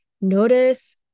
Notice